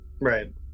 Right